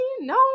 no